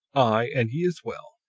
i, and ye as well,